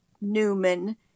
Newman